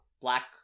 Black